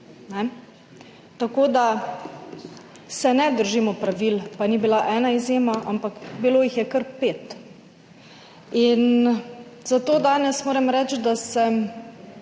Tako da se ne držimo pravil, pa ni bila ena izjema, ampak bilo jih je kar pet. Moram reči, da sem